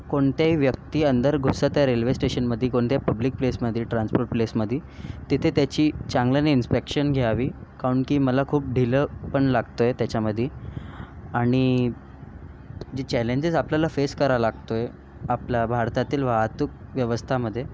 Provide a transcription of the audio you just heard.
कोणत्याही व्यक्ती अंदर घुसत आहे रेल्वे स्टेशनमध्ये कोणत्याही पब्लिक प्लेसमध्ये ट्रान्सपोर्ट प्लेसमध्ये तिथे त्याची चांगल्याने इन्स्पेक्शन घ्यावी काऊन की मला खूप ढिलंपण लागतंय त्याच्यामध्ये आणि जी चॅलेंजेस आपल्याला फेस कराय लागतोय आपल्या भारतातील वाहतूक व्यवस्थामध्ये